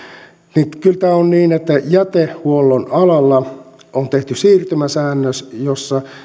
esitystä kyllä on niin että jätehuollon alalla on tehty siirtymäsäännös jossa